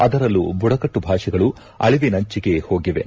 ಅದರಲ್ಲೂ ಬುಡಕಟ್ಟು ಭಾಷೆಗಳು ಅಳಿವಿನಂಚಿಗೆ ಹೋಗಿವೆ